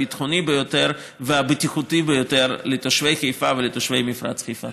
הביטחוני ביותר והבטיחותי ביותר לתושבי חיפה ולתושבי מפרץ חיפה.